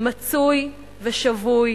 מצוי ושבוי